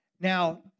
Now